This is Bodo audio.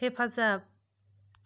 हेफाजाब